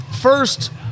first